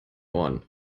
ohren